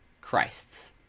Christ's